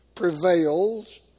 prevails